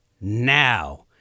Now